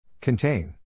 Contain